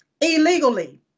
illegally